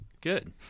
Good